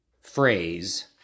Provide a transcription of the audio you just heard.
phrase